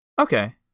Okay